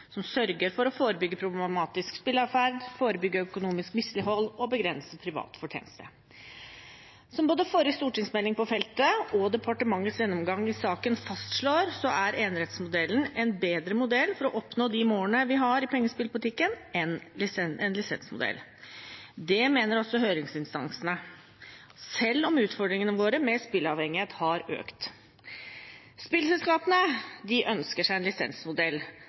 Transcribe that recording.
som sørger for å forebygge problematisk spilleatferd, forebygge økonomisk mislighold og begrense privat fortjeneste. Som både forrige stortingsmelding på feltet og departementets gjennomgang i saken fastslår, er enerettsmodellen en bedre modell for å oppnå de målene vi har i pengespillpolitikken, enn en lisensmodell. Det mener også høringsinstansene, selv om utfordringene med spilleavhengighet har økt. Spillselskapene ønsker seg en lisensmodell,